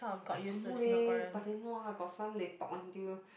I don't know leh but then !wah! got some they talk until